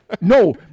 No